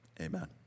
amen